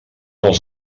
els